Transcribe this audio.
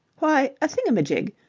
why, a thingamajig.